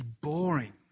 boring